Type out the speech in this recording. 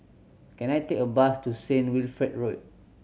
can I take a bus to Saint Wilfred Road